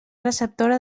receptora